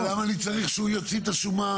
אבל למה אני צריך שהוא יוצא את השומה?